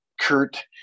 Kurt